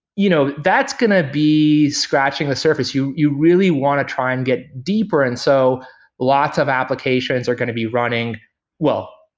you know that's going to be scratching the surface. you you really want to try and get deeper, and so lots of applications are going to be running well,